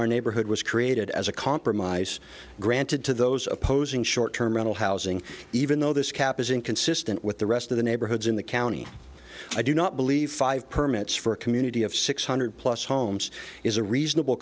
our neighborhood was created as a compromise granted to those opposing short term rental housing even though this cap is inconsistent with the rest of the neighborhoods in the county i do not believe five permits for a community of six hundred plus homes is a reasonable